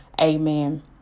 Amen